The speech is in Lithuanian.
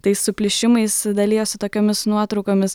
tais suplyšimais dalijosi tokiomis nuotraukomis